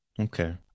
Okay